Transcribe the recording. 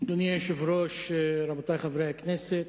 אדוני היושב-ראש, רבותי חברי הכנסת,